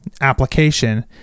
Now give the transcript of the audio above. application